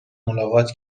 ملاقات